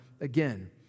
again